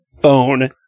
phone